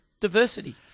diversity